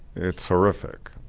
it's horrific.